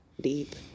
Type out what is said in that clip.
deep